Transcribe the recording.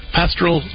pastoral